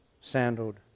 sandaled